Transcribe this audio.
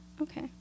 Okay